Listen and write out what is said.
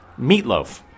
Meatloaf